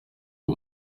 ari